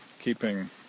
keeping